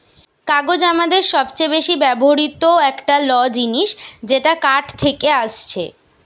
কাগজ আমাদের সবচে বেশি ব্যবহৃত একটা ল জিনিস যেটা কাঠ থেকে আসছে